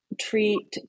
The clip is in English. treat